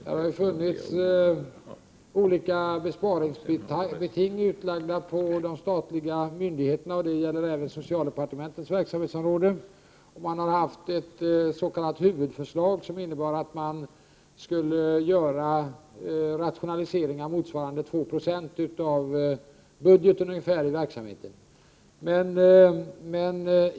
Det har funnits olika besparingsbeting utlagda på de statliga myndigheterna, och detta har även gällt för socialdepartementets verksamhetsområde. Myndigheterna har haft ett s.k. huvudförslag som innebär att man skall göra rationaliseringar motsvarande 2 70 av budgeten för verksamheten.